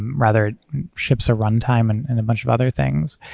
rather ships a runtime and and a bunch of other things.